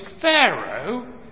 Pharaoh